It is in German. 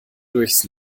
durchs